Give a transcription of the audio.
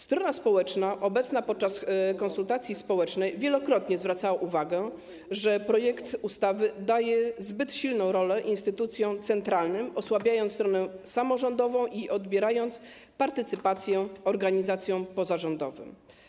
Strona społeczna obecna podczas konsultacji społecznej wielokrotnie zwracała uwagę, że projekt ustawy daje zbyt silną rolę instytucjom centralnym, osłabiając stronę samorządową i odbierając partycypację organizacjom pozarządowym.